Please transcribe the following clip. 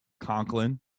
Conklin